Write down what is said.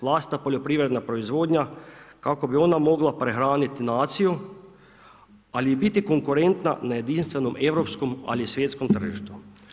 Vlastita poljoprivredna proizvodnja kako bi ona mogla prehraniti naciju, ali i biti konkurentna na jedinstvenom europskom, ali i svjetskom tržištu.